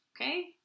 Okay